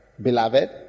beloved